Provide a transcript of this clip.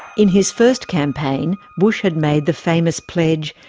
in his first campaign, bush had made the famous pledge,